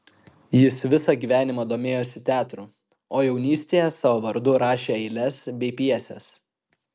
jis visą gyvenimą domėjosi teatru o jaunystėje savo vardu rašė eiles bei pjeses